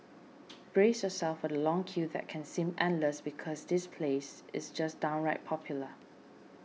brace yourself for the long queue that can seem endless because this place is just downright popular